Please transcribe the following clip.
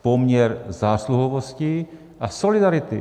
Poměr zásluhovosti a solidarity.